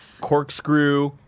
Corkscrew